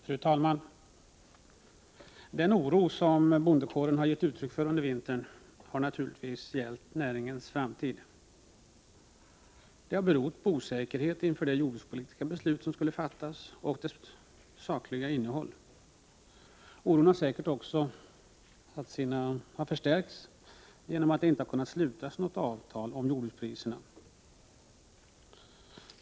Fru talman! Den oro som bondekåren har gett uttryck för under vintern har naturligtvis gällt näringens framtid. Den har berott på osäkerhet inför det jordbrukspolitiska beslut som skulle fattas och inför dess sakliga innehåll. Oron har säkerligen också förstärkts, därför att något avtal om jordbrukspriserna inte har kunnat slutas.